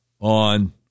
on